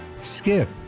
Skip